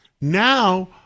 Now